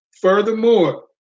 Furthermore